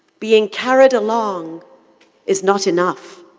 being carried along is not enough.